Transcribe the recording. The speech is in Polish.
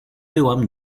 byłam